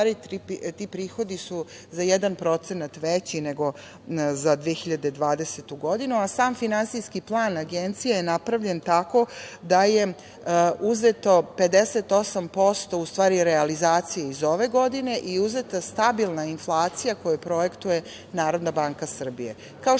ti prihodi su za 1% veći nego za 2020. godinu, a sam Finansijski plan Agencije je napravljen tako da je uzeto 58% realizacije iz ove godine i uzeta stabilna inflacija koju projektuje NBS.Kao što vidite,